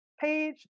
page